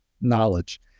knowledge